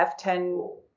F10